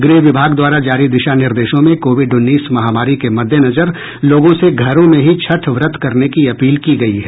गृह विभाग द्वारा जारी दिशा निर्देशों में कोविड उन्नीस महामारी के मद्देनजर लोगों से घरों में ही छठ व्रत करने की अपील की गयी है